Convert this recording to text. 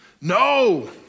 no